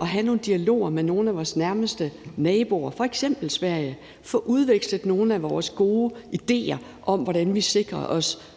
at have nogle dialoger med nogle af vores nærmeste naboer, f.eks. Sverige, og få udvekslet nogle af vores gode idéer om, hvordan vi sikrer os